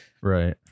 right